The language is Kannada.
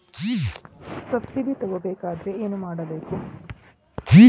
ಸಬ್ಸಿಡಿ ತಗೊಬೇಕಾದರೆ ಏನು ಮಾಡಬೇಕು?